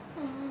oh